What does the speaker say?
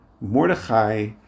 Mordechai